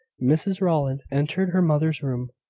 mrs rowland entered her mother's room.